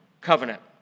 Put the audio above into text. covenant